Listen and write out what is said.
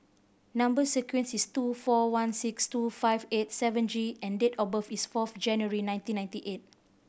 number sequence is two four one six two five eight seven G and date of birth is fourth January nineteen ninety eight